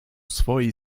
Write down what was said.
swojej